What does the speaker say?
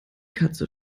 katze